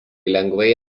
lengvai